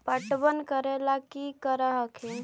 पटबन करे ला की कर हखिन?